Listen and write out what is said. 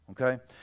Okay